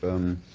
i'm